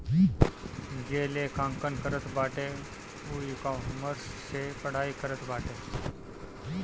जे लेखांकन करत बाटे उ इकामर्स से पढ़ाई करत बाटे